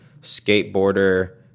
skateboarder